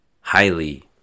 highly